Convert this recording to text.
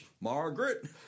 Margaret